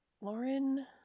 Lauren